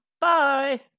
Bye